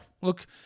look